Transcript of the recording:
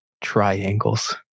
triangles